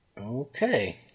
Okay